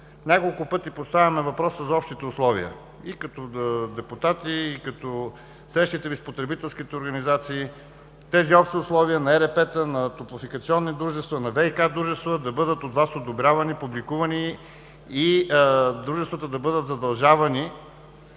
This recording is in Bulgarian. Няколко пъти поставяме въпроса за общите условия – и като депутати, и на срещите ни с потребителски организации – тези общи условия на ЕРП-та, на топлофикационни дружества, на ВиК дружества да бъдат одобрявани от Вас, публикувани и дружествата да бъдат задължавани